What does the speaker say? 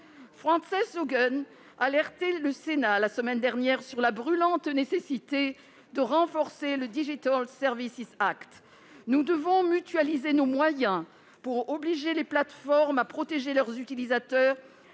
Frances Haugen alertait le Sénat la semaine dernière sur la brûlante nécessité de renforcer le. Nous devons mutualiser nos moyens pour obliger les plateformes à protéger leurs utilisateurs